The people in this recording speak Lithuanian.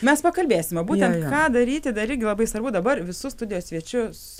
mes pakalbėsime būtent ką daryti dar irgi labai svarbu dabar visus studijos svečius